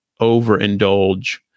overindulge